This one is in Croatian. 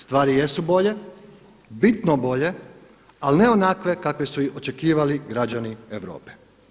Stvari jesu bolje, bitno bolje ali ne onakve kakve su očekivali građani Europe.